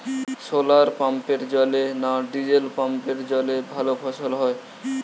শোলার পাম্পের জলে না ডিজেল পাম্পের জলে ভালো ফসল হয়?